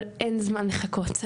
אבל אין זמן לחכות,